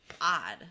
odd